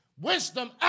Wisdom